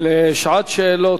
לשעת שאלות.